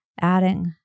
adding